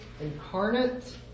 incarnate